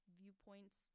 viewpoints